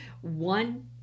one